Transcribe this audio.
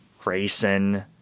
Grayson